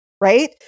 Right